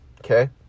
Okay